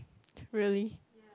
really